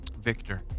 Victor